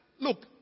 look